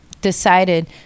decided